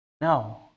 No